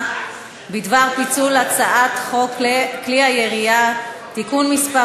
בדבר פיצול הצעת חוק כלי הירייה (תיקון מס'